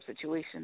situation